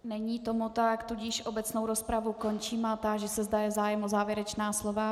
Není tomu tak, tudíž obecnou rozpravu končím a táži se, zda je zájem o závěrečná slova.